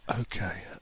Okay